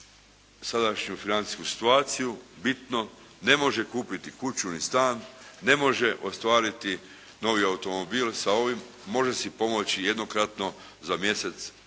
sadašnju financijsku situaciju bitno, ne može kupiti kuću ni stan, ne može ostvariti novi automobil sa ovim, može si pomoći jednokratno za mjesec,